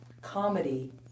comedy